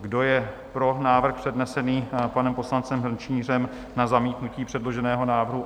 Kdo je pro návrh přednesený panem poslancem Hrnčířem na zamítnutí předloženého návrhu?